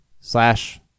slash